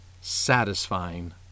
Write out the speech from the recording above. satisfying